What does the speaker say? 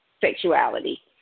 sexuality